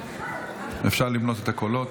אפשר למנות את הקולות.